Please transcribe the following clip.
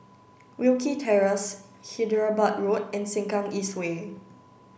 Wilkie Terrace Hyderabad Road and Sengkang East Way